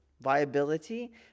Viability